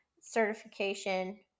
certification